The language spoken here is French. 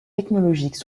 technologiques